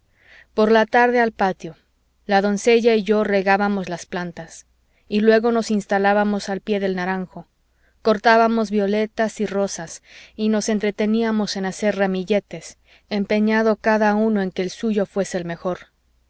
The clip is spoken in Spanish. por la tarde al patio la doncella y yo regábamos las plantas y luego nos instalábamos al pie del naranjo cortábamos violetas y rosas y nos entreteníamos en hacer ramilletes empeñado cada uno en que el suyo fuese el mejor